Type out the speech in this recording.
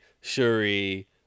shuri